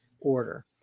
order